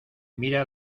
mira